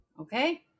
Okay